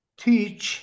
teach